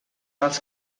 als